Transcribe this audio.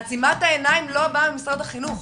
עצימת העיניים לא באה ממשרד החינוך.